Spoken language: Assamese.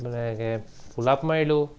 এনেকৈ পুল আপ মাৰিলো